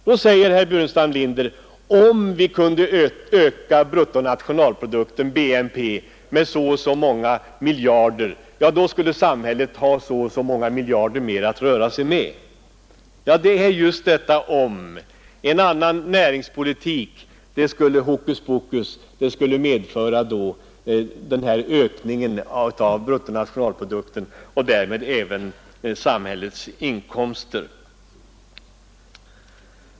Då säger herr Burenstam Linder att om vi kunde öka bruttonationalprodukten med så och så många miljarder, skulle samhället ha så och så många miljarder mer att röra sig med. Ja, det är just detta ”om”. En annan näringspolitik skulle hokus pokus medföra ökning av bruttonationalprodukten och därmed även samhällets inkomster.